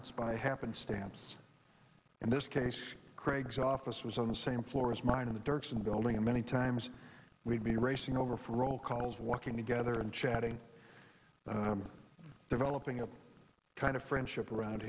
it's by happenstance in this case craig's office was on the same floor as mine in the dirksen building and many times we'd be racing over for roll calls walking together and chatting and developing a kind of friendship around